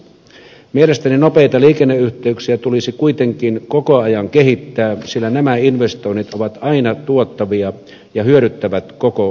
mielestäni nopeita liikenneyhteyksiä tulisi kuitenkin koko ajan kehittää sillä nämä investoinnit ovat aina tuottavia ja hyödyttävät koko suomea